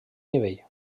nivell